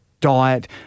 diet